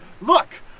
Look